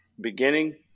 beginning